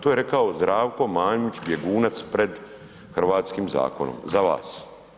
To je rekao Zdravko Mamić, bjegunac pred hrvatskim zakonom, za vas.